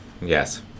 Yes